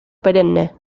perenne